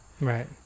right